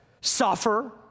suffer